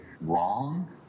wrong